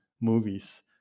movies